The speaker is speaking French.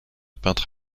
peintre